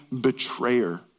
betrayer